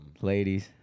Ladies